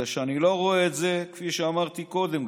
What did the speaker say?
אני לא רואה את זה, כפי שאמרתי גם קודם.